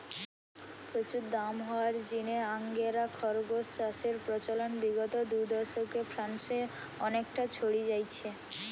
প্রচুর দাম হওয়ার জিনে আঙ্গোরা খরগোস চাষের প্রচলন বিগত দুদশকে ফ্রান্সে অনেকটা ছড়ি যাইচে